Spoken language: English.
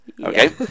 Okay